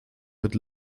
mit